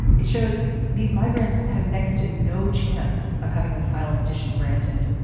it shows these migrants have next to no chance of having an asylum petition granted,